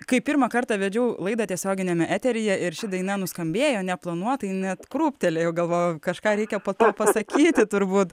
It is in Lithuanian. kai pirmą kartą vedžiau laidą tiesioginiame eteryje ir ši daina nuskambėjo neplanuotai net krūptelėjau galvojau kažką reikia po to pasakyti turbūt